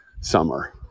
summer